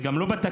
וגם לא בתקנות,